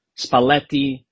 Spalletti